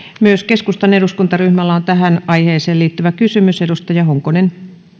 myös keskustan eduskuntaryhmällä on tähän aiheeseen liittyvä kysymys edustaja honkonen